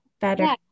better